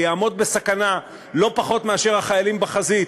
יעמוד בסכנה לא פחות מאשר החיילים בחזית,